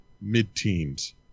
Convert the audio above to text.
mid-teens